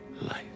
life